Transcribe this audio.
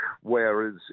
Whereas